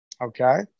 Okay